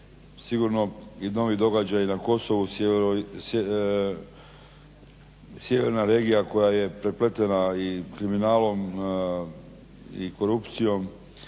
sigurno i novi događaji na Kosovu sjeverna regija koja je prepletena i kriminalom i korupcijom